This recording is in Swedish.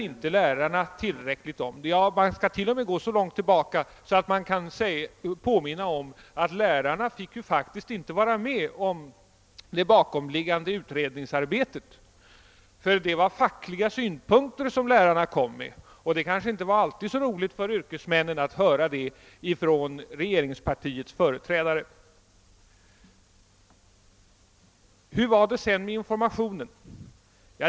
Jag kan här påminna om att lärarna faktiskt inte fick vara med om det bakomliggande utredningsarbetet, eftersom det sades att de kom med fackliga synpunkter. Det kanske inte alltid var så roligt för yrkesmännen att höra det från regeringspartiets företrädare. Hur var det med informationen?